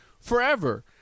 forever